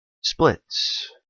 splits